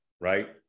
right